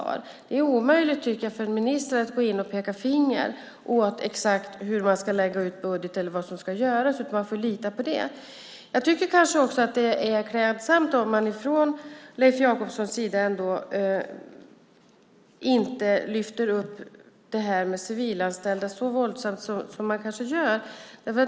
Jag tycker att det är omöjligt för en minister att gå in och peka finger och säga exakt hur man ska lägga ut budgeten eller vad som ska göras, utan man får lita på det. Jag tycker kanske också att det vore klädsamt om Leif Jakobsson inte lyfter upp detta med de civilanställda så mycket som han gör.